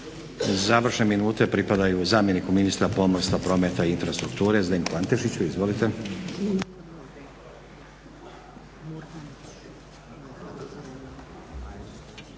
Završne minute pripadaju zamjeniku ministra pomorstva, prometa i infrastrukture Zdenku Antešiću. Izvolite.